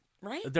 Right